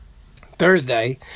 Thursday